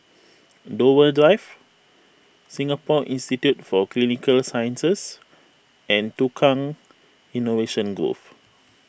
Dover Drive Singapore Institute for Clinical Sciences and Tukang Innovation Grove